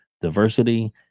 diversity